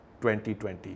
2020